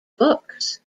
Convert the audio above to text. books